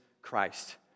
Christ